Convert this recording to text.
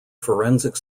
forensic